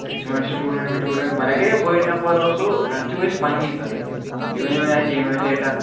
اَسہِ چھِ وۅنۍ سِٹوڈنٛٹ وِٹوٗڈنٛٹ وۅنۍ اگرے بٔڈۍ نفر آسہو تۄہہِ چھِو أسۍ پَنٕنی تۄہہِ تُہۍ ؤنِو وۅنۍ جینون ریٹاہ